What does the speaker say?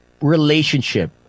relationship